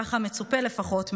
ככה מצופה לפחות מממשלה,